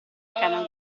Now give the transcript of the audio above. cane